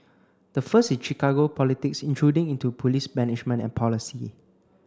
the first is Chicago politics intruding into police management and policy